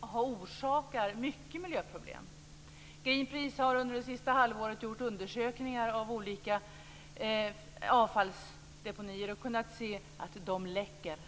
orsakar mycket miljöproblem. Greenpeace har under det senaste halvåret gjort undersökningar av olika avfallsdeponier och kunnat se att de läcker.